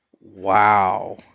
Wow